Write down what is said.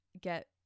get